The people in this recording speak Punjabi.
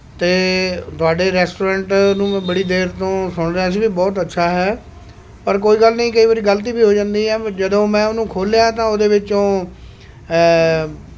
ਅਤੇ ਤੁਹਾਡੇ ਰੈਸਟੋਰੈਂਟ ਨੂੰ ਮੈਂ ਬੜੀ ਦੇਰ ਤੋਂ ਸੁਣ ਰਿਹਾ ਸੀ ਵੀ ਬਹੁਤ ਅੱਛਾ ਹੈ ਪਰ ਕੋਈ ਗੱਲ ਨਹੀਂ ਕਈ ਵਾਰੀ ਗਲਤੀ ਵੀ ਹੋ ਜਾਂਦੀ ਹੈ ਜਦੋਂ ਮੈਂ ਉਹਨੂੰ ਖੋਲਿਆ ਤਾਂ ਉਹਦੇ ਵਿੱਚੋਂ